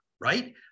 right